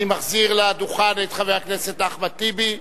אני מחזיר לדוכן את חבר הכנסת אחמד טיבי,